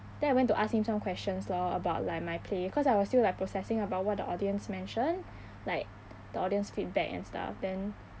then I went to ask him some questions lor about like my play cause I was still like processing about what the audience mentioned like the audience feedback and stuff then